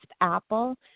apple